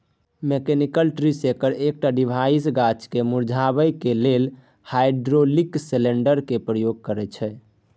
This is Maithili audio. मैकेनिकल ट्री सेकर एकटा डिवाइस गाछ केँ मुरझेबाक लेल हाइड्रोलिक सिलेंडर केर प्रयोग करय छै